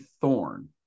thorn